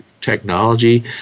technology